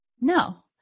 No